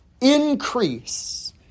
increase